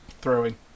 throwing